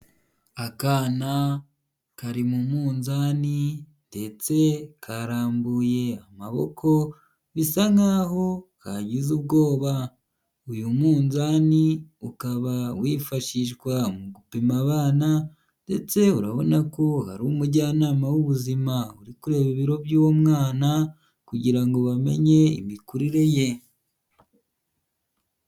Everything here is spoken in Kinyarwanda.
Akana kari mu munzani ndetse karambuye amaboko, bisa nk'aho kagize ubwoba. Uyu munzani ukaba wifashishwa mu gupima abana ndetse urabona ko hari umujyanama w'ubuzima uri kureba ibiro by'umwana kugira ngo bamenye imikurire ye.